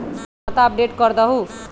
खाता अपडेट करदहु?